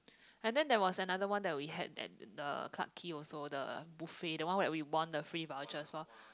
and then there was another one that we had at the Clarke-Quay also the buffet the one where we won the free vouchers as well